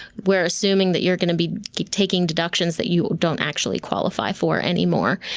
we're assuming that you're going to be taking deductions that you don't actually qualify for anymore.